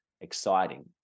exciting